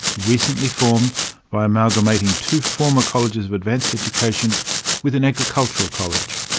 recently formed by amalgamating two former colleges of advanced education with an agricultural college.